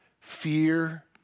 Fear